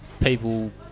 people